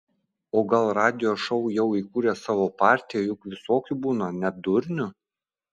o gal radijo šou jau įkūrė savo partiją juk visokių būna net durnių